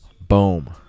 boom